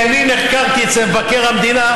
כי אני נחקרתי אצל מבקר המדינה,